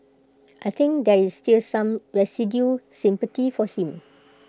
I think there is still some residual sympathy for him